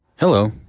hello,